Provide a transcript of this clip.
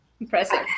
impressive